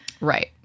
Right